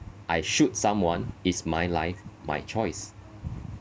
I shoot someone is my life my choice